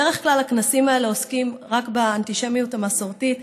בדרך כלל הכנסים האלה עוסקים רק באנטישמיות המסורתית.